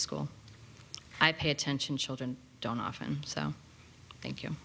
school i pay attention children don't often so thank you